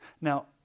Now